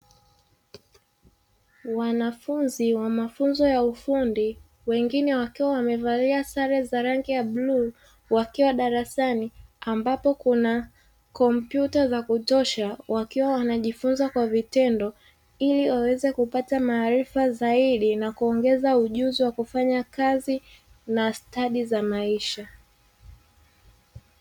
Wanafunzi wa mafunzo ya elimu ya ufundi wengine wakiwa wamevalia mavazi ya bluu, wakiwa darasani amnbapo kuna kompyuta za kutosha, wakiwa wanajifunza kwa vitendo ili waweze kupata maarifa zaidi na kuongeza ujuzi wa kufanya kazi na stadi za maisha.